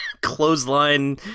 clothesline